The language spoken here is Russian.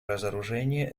разоружение